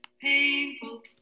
painful